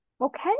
okay